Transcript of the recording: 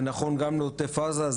זה נכון גם לעוטף עזה,